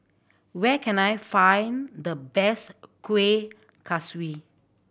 where can I find the best Kueh Kaswi